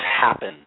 happen